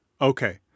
Okay